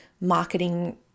marketing